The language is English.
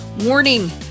Warning